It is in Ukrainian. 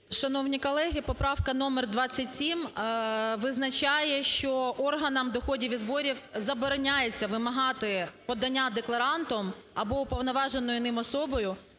Шановні колеги, поправка номер 27 визначає, що органам доходів і зборів забороняється вимагати подання декларантом або уповноваженою ним особою